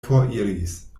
foriris